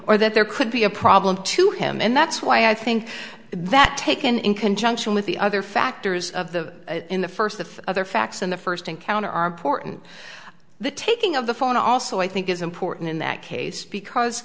or that there could be a problem to him and that's why i think that taken in conjunction with the other factors of the in the first the other facts in the first encounter are important the taking of the phone also i think is important in that case because